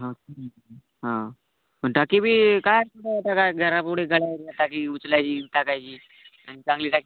हा हा पण टाकी बी काय असतं काय जरा पुढे घडय टाकी उचलायची टाकायची आणि चांगली टाकी